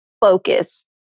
focus